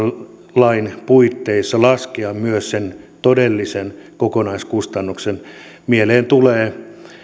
lain puitteissa laskea myös sen todellisen kokonaiskustannuksen mieleen tulee